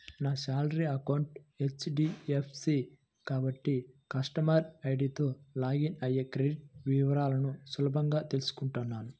నా salary account HDFC కాబట్టి customer ఐడీతో లాగిన్ అయ్యి క్రెడిట్ వివరాలను సులభంగా తెల్సుకుంటాను